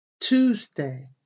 Tuesday